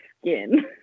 skin